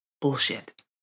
bullshit